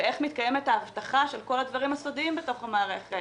ואיך מתקיימת האבטחה של כל הדברים הסודיים בתוך המערכת,